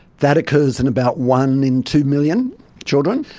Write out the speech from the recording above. that occurs in about one in two million children.